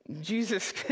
Jesus